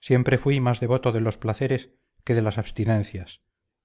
siempre fuí más devoto de los placeres que de las abstinencias